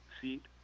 seat